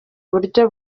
uburyo